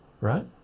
right